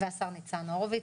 והשר ניצן הורוביץ,